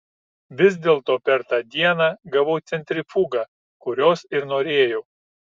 vis dėlto per tą dieną gavau centrifugą kurios ir norėjau